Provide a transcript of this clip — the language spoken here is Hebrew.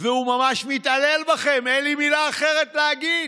והוא ממש מתעלל בכם, אין לי מילה אחרת להגיד.